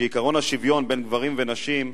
שעקרון השוויון בין גברים לנשים,